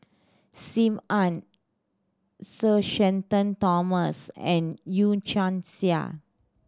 Sim Ann Sir Shenton Thomas and Yee Chia Hsing